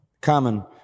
common